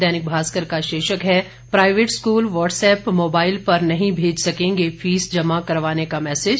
दैनिक भास्कर का शीर्षक है प्राइवेट स्कूल वाट्सएप मोबाइल पर नहीं भेज सकेंगे फीस जमा करवाने का मैसेज